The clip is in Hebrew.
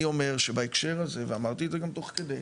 אני אומר שבהקשר הזה, ואמרתי את זה גם תוך כדי,